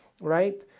right